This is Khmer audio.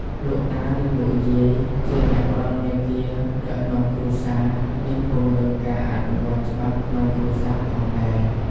លោកតា និងលោកយាយជាអ្នកផ្តល់មាគ៌ាដឹកនាំគ្រួសារ និងពង្រឹងការអនុវត្តច្បាប់ក្នុងគ្រួសារផងដែរ។